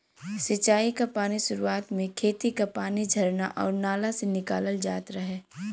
सिंचाई क पानी सुरुवात में खेती क पानी झरना आउर नाला से निकालल जात रहे